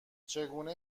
چگونه